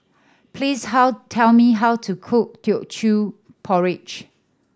please how tell me how to cook Teochew Porridge